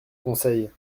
conseil